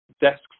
Desks